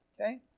Okay